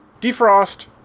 defrost